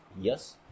Yes